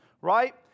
right